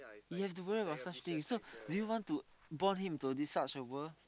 you have to worry about such things so do you want to born him into a this such world